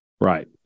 Right